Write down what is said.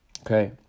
okay